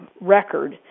record